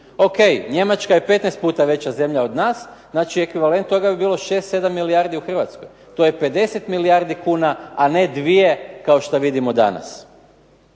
Ok, Njemačka je 15 puta veća zemlja od nas, znači ekvivalent toga bi bilo 6, 7 milijardi u Hrvatskoj. To je 50 milijardi kuna, a ne 2 kao što vidimo danas.